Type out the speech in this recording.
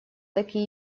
такие